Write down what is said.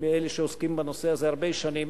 אלה שעוסקים בנושא הזה הרבה שנים,